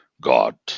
God